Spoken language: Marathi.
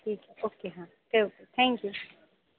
ठीक आहे ओके हां ठेवते थँक्यू